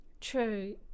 True